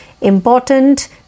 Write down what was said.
Important